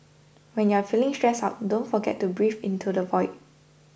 when you are feeling stressed out don't forget to breathe into the void